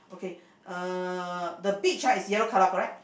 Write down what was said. okay uh the beach ah is yellow colour correct